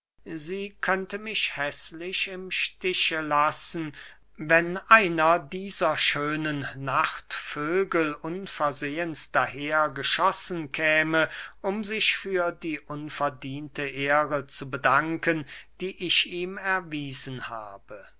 sie könnte mich häßlich im stiche lassen wenn einer dieser schönen nachtvögel unversehens daher geschossen käme um sich für die unverdiente ehre zu bedanken die ich ihm erwiesen habe